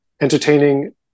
entertaining